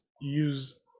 use